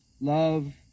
love